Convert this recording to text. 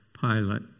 Pilate